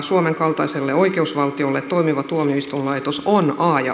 suomen kaltaiselle oikeusvaltiolle toimiva tuomioistuinlaitos on a ja o